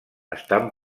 estan